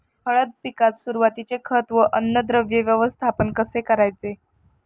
हळद पिकात सुरुवातीचे खत व अन्नद्रव्य व्यवस्थापन कसे करायचे?